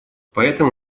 поэтому